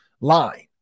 line